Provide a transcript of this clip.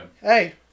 Hey